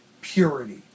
purity